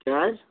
کیٛاہ حظ